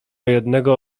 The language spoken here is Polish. jednego